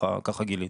ככה גיליתי.